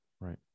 right